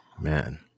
Man